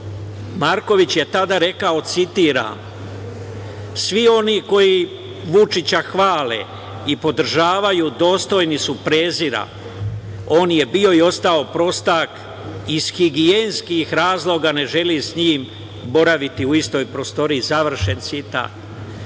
Marković je tada rekao, citiram – svi oni koji Vučića hvale i podržavaju, dostojni su prezira. On je bio i ostao prostak. Iz higijenskih razloga ne želim s njim boraviti u istoj prostoriji. Završen citat. To